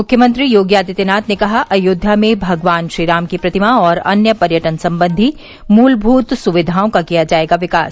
मुख्यमंत्री योगी आदित्यनाथ ने कहा अयोध्या में भगवान श्रीराम की प्रतिमा और अन्य पर्यटन संबंधी मुलभुत सुविधाओं का किया जायेगा विकास